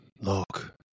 Look